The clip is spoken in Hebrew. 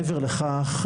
מעבר לכך,